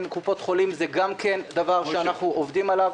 קופות חולים גם זה דבר שאנחנו עובדים עליו.